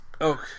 okay